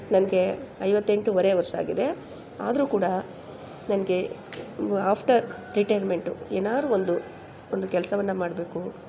ನನಗೆ ಐವತ್ತೆಂಟುವರೆ ವರ್ಷ ಆಗಿದೆ ಆದರೂ ಕೂಡ ನನಗೆ ಆಫ್ಟರ್ ರಿಟೈರ್ಮೆಂಟು ಏನಾದ್ರೂ ಒಂದು ಒಂದು ಕೆಲಸವನ್ನ ಮಾಡಬೇಕು